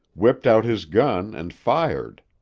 whipped out his gun, and fired.